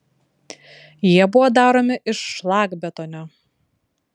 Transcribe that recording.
jie buvo daromi iš šlakbetonio